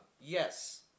Yes